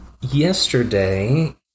Yesterday